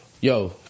Yo